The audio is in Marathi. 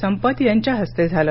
संपत यांच्या हस्ते झालं